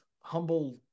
humble